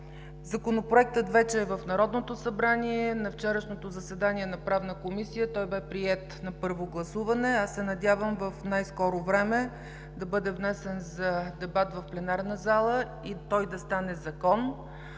Законопроектът вече е в Народното събрание. На вчерашното заседание на Правната комисия той бе приет на първо гласуване. Аз се надявам в най-скоро време да бъде внесен за дебат в пленарната зала и той да стане Закон,